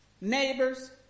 neighbors